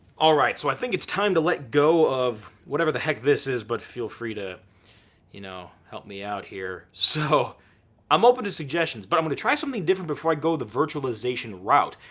alright. so i think it's time to let go of whatever the heck this is. but feel free to you know help me out here. so i'm open to suggestions but i'm gonna try something different before i go the virtualization route.